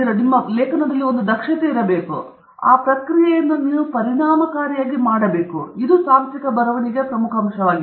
ಆದ್ದರಿಂದ ಇಲ್ಲಿ ಕೀಲಿಯು ದಕ್ಷತೆಯನ್ನು ಹೊಂದಿದೆ ಈ ಪ್ರಕ್ರಿಯೆಯನ್ನು ನೀವು ಹೇಗೆ ಪರಿಣಾಮಕಾರಿಯಾಗಿ ಮಾಡಲಿದ್ದೀರಿ ಮತ್ತು ಇದು ತಾಂತ್ರಿಕ ಬರವಣಿಗೆಗೆ ಪ್ರಮುಖ ಅಂಶವಾಗಿದೆ